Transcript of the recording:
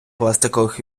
пластикових